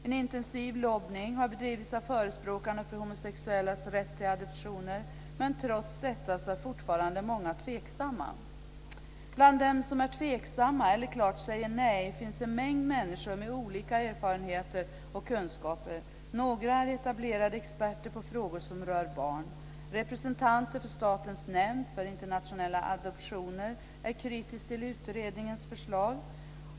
En intensiv lobbning har bedrivits av förespråkarna för homosexuellas rätt till adoptioner, men trots detta så är många fortfarande tveksamma. Bland dem som är tveksamma eller klart säger nej finns en mängd människor med olika erfarenheter och kunskaper. Några är etablerade experter på frågor som rör barn. Representanter för Statens nämnd för internationella adoptioner är kritiska till utredningens förslag.